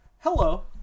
hello